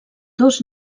dos